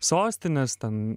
sostines ten